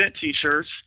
T-shirts